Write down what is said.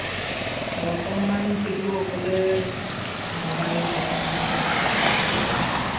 বৰ্তমান শিশুসকলে ম'বাইল আৰু কম্পিউটাৰত